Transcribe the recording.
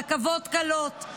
רכבות קלות,